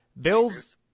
Bills